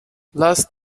last